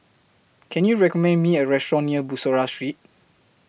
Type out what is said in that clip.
Can YOU recommend Me A Restaurant near Bussorah Street